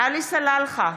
עלי סלאלחה,